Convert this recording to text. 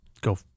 Go